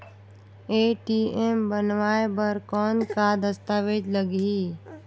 ATM बनवाय बर कौन का दस्तावेज लगही?